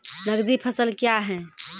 नगदी फसल क्या हैं?